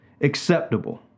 acceptable